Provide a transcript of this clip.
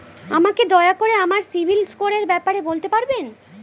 আমাকে দয়া করে আমার সিবিল স্কোরের ব্যাপারে বলতে পারবেন?